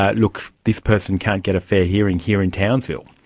ah look, this person can't get a fair hearing here in townsville,